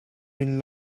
been